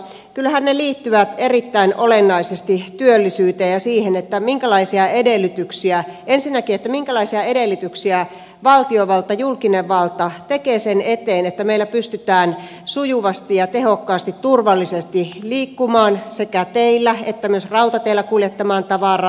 kyllähän ne liittyvät erittäin olennaisesti työllisyyteen ja ensinnäkin siihen minkälaisia edellytyksiä valtiovalta julkinen valta tekee sen eteen että meillä pystytään sujuvasti ja tehokkaasti turvallisesti liikkumaan sekä teillä että myös rautateillä kuljettamaan tavaraa